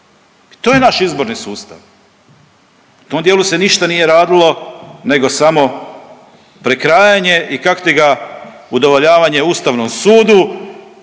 to je naš izborni sustav, u tom dijelu se ništa nije radilo nego samo prekrajanje i kak ti ga, udovoljavanje Ustavnom sudu